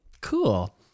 cool